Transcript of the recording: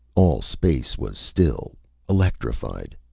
all space was still electrified.